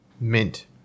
mint